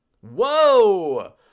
Whoa